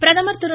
பிரதமர் திரு